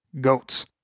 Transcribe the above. goats